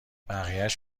بقیهاش